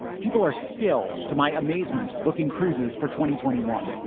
people are still, to my amazement, booking cruises for twenty twenty one.